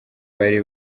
bari